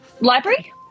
library